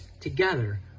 together